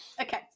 Okay